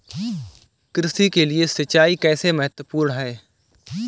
कृषि के लिए सिंचाई कैसे महत्वपूर्ण है?